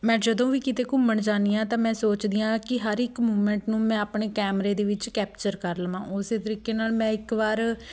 ਮੈਂ ਜਦੋਂ ਵੀ ਕਿਤੇ ਘੁੰਮਣ ਜਾਂਦੀ ਹਾਂ ਤਾਂ ਮੈਂ ਸੋਚਦੀ ਹਾਂ ਕਿ ਹਰ ਇੱਕ ਮੂਵਮੈਂਟ ਨੂੰ ਮੈਂ ਆਪਣੇ ਕੈਮਰੇ ਦੇ ਵਿੱਚ ਕੈਪਚਰ ਕਰ ਲਵਾਂ ਉਸ ਤਰੀਕੇ ਨਾਲ ਮੈਂ ਇੱਕ ਵਾਰ